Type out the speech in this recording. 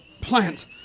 plant